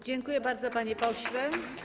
Dziękuję bardzo, panie pośle.